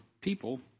people